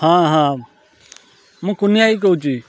ହଁ ହଁ ମୁଁ କୁନିଆ ଭାଇ କହୁଛି